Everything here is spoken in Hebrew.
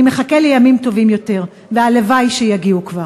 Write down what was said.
אני מחכה לימים טובים יותר, והלוואי שיגיעו כבר.